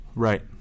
Right